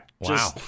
Wow